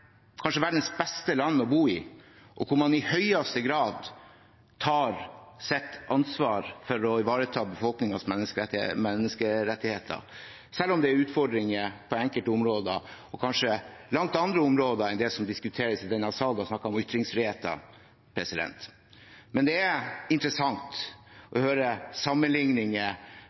verdens beste land å bo i, og hvor man i høyeste grad tar sitt ansvar for å ivareta befolkningens menneskerettigheter, selv om det er utfordringer på enkelte områder og kanskje langt andre områder enn det som diskuteres i denne sal, og da snakker jeg om ytringsfriheten. Det er interessant å høre sammenligninger